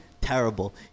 terrible